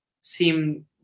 seem